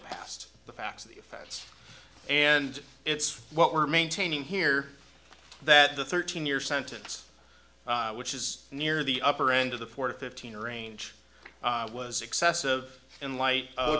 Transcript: past the facts of the offense and it's what we're maintaining here that the thirteen year sentence which is near the upper end of the four to fifteen range was excessive in light of